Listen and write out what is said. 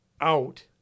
out